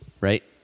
Right